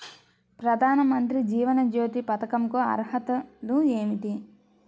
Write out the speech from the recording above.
ప్రధాన మంత్రి జీవన జ్యోతి పథకంకు అర్హతలు ఏమిటి?